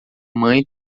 mãe